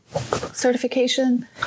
certification